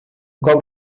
cop